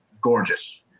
gorgeous